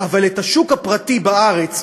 אבל את השוק הפרטי בארץ,